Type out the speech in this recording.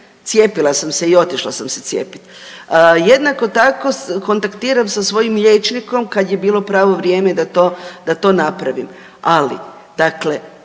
Cijepila sam se i otišla sam se cijepiti. Jednako tako kontaktiram sa svojim liječnikom kada je bilo pravo vrijeme da to napravim. Ali dakle